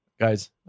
guys